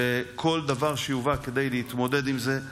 וכל דבר שיובא כדי להתמודד עם זה,